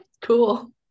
cool